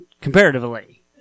comparatively